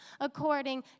according